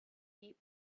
deep